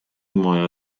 moja